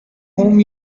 whom